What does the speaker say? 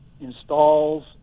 installs